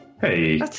Hey